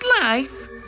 life